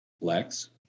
Lex